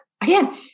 again